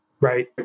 right